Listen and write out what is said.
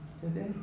today